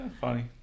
Funny